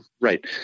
Right